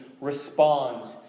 respond